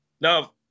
Now